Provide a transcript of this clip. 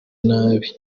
nabi